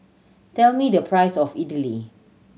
tell me the price of Idili